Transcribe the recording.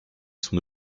son